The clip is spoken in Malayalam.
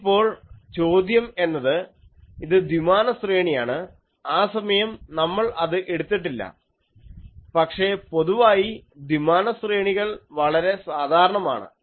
ഇനിയിപ്പോൾ ചോദ്യം എന്നത് ഇത് ദ്വിമാന ശ്രേണിയാണ് ആ സമയം നമ്മൾ അത് എടുത്തിട്ടില്ല പക്ഷേ പൊതുവായി ദ്വിമാന ശ്രേണികൾ വളരെ സാധാരണമാണ്